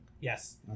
yes